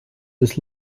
des